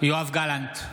יואב גלנט,